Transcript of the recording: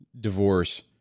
divorce